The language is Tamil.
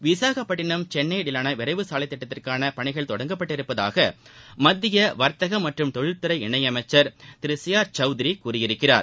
விசாகப்பட்டினம் சென்னை இடையிலான விரைவு சாலை திட்டத்திற்கான பணிகள் தொடங்கப்பட்டுள்ளதாக மத்திய வர்த்தகம் மற்றும் தொழில் துறை இணை அமைச்சர் திரு சி ஆர் சௌத்ரி கூறியிருக்கிறார்